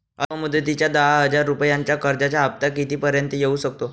अल्प मुदतीच्या दहा हजार रुपयांच्या कर्जाचा हफ्ता किती पर्यंत येवू शकतो?